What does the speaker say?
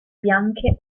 bianche